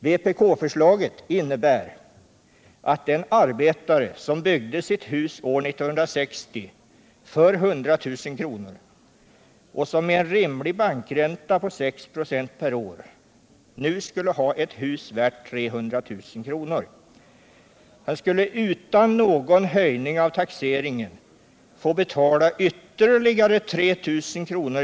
Vpk-förslaget innebär att den arbetare som byggde sitt hus år 1960 för 100 000 kr. och som med en rimlig bankränta på 6 26 per år nu skulle ha ett hus värt 300 000 kr. utan någon höjning av taxeringen skulle få betala ytterligare 3 000 kr.